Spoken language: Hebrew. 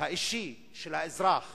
האישי של האזרח